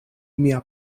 mia